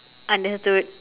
understood